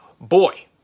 Boy